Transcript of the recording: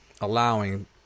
allowing